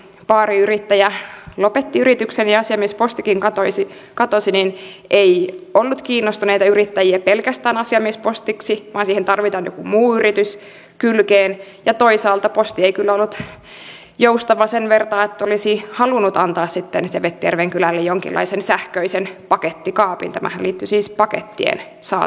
kun baariyrittäjä lopetti yrityksen ja asiamiespostikin katosi niin ei ollut kiinnostuneita yrittäjiä pelkästään asiamiespostiksi vaan siihen tarvitaan joku muu yritys kylkeen ja toisaalta posti ei kyllä ollut joustava sen vertaa että olisi sitten halunnut antaa sevettijärven kylälle jonkinlaisen sähköisen pakettikaapin tämähän liittyi siis pakettien saatavuuteen